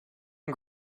and